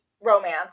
romance